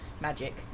magic